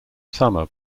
summer